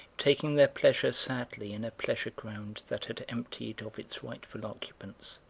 taking their pleasure sadly in a pleasure-ground that had emptied of its rightful occupants.